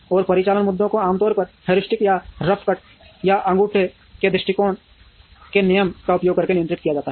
और परिचालन मुद्दों को आमतौर पर हेयुरिस्टिक या रफ कट या अंगूठे के दृष्टिकोण के नियम का उपयोग करके नियंत्रित किया जाता है